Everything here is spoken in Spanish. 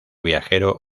viajero